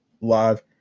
live